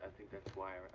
think that's why